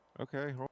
Okay